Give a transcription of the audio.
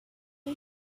you